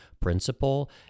principle